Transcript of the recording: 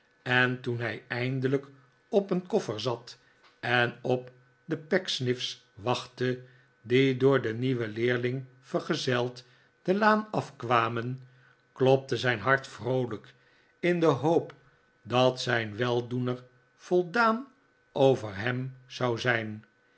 en toen hij eindelijk op een koffer zat en op de pecksniff's wachtte die door den nieuwen leerling vergezeld de laan afkwamen klopte zijn hart vroolijk in de hoop dat zijn weldoener voldaan over hem zou zijn